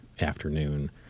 afternoon